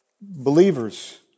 believers